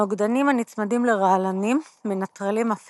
נוגדנים הנצמדים לרעלנים מנטרלים אף